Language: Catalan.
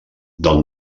del